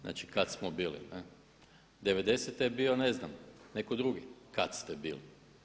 Znači, kad smo bili ne'. '90. je bio ne znam netko drugi, kad ste bili.